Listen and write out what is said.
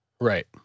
Right